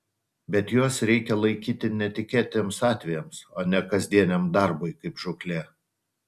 bet juos reikia laikyti netikėtiems atvejams o ne kasdieniam darbui kaip žūklė